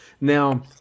Now